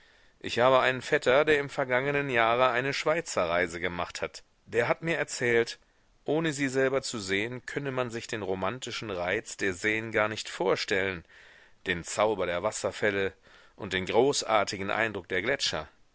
ich habe einen vetter der im vergangnen jahre eine schweizerreise gemacht hat der hat mir erzählt ohne sie selber zu sehen könne man sich den romantischen reiz der seen gar nicht vorstellen den zauber der wasserfälle und den großartigen eindruck der gletscher